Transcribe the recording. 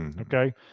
Okay